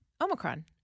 Omicron